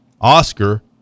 Oscar